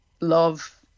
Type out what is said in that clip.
love